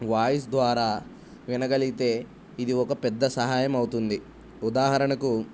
voice ద్వారా వినగలిగితే ఇది ఒక పెద్ద సహాయం అవుతుంది ఉదాహరణకు